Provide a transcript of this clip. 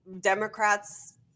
Democrats